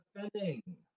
Defending